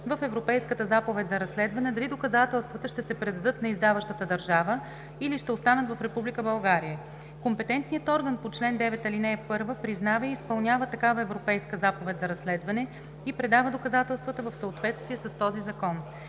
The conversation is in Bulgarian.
в Европейската заповед за разследване дали доказателствата ще се предадат на издаващата държава, или ще останат в Република България. Компетентният орган по чл. 9, ал. 1 признава и изпълнява такава Европейска заповед за разследване и предава доказателствата в съответствие с този закон.